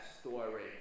story